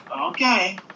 Okay